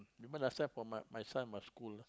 remember last time for my my son my school ah